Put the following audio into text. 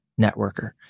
networker